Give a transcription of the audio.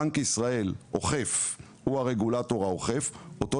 ובנק ישראל יהיה הרגולטור האוכף אנחנו מבקשים